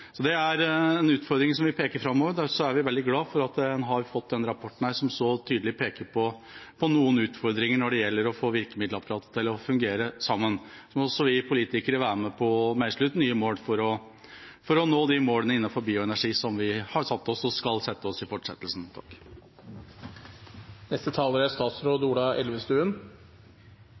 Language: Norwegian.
Det er en utfordring som vi peker på framover, og vi er veldig glad for at en har fått denne rapporten, som så tydelig peker på noen utfordringer når det gjelder å få virkemiddelapparatet til å fungere sammen. Så må også vi politikere være med på å meisle ut nye mål for å nå de målene innenfor bioenergi som vi har satt oss, og som vi skal sette oss i fortsettelsen.